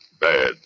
bad